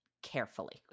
Carefully